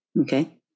Okay